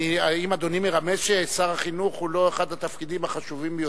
האם אדוני מרמז ששר החינוך הוא לא אחד התפקידים החשובים ביותר?